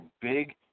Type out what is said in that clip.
big